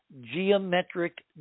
geometric